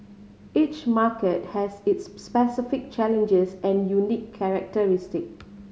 each market has its specific challenges and unique characteristic